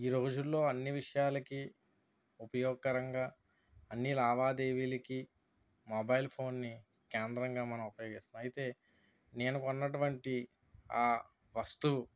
ఈ రోజులలో అన్నీ విషయాలకి ఉపయోగకరంగా అన్నీ లావాదేవిలకి మొబైల్ ఫోన్ని కేంద్రంగా మనం ఉపయోగిస్తాం అయితే నేను కొన్నటువంటి ఆ వస్తువు